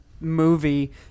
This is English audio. movie